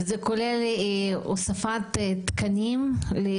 זה כולל הוספת תקנים למתמחים.